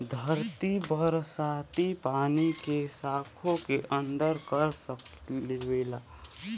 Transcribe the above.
धरती बरसाती पानी के सोख के अंदर कर लेवला